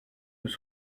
nous